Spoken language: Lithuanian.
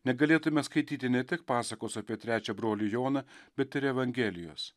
negalėtume skaityti ne tik pasakos apie trečią brolį joną bet ir evangelijos